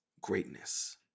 greatness